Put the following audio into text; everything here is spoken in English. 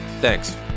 Thanks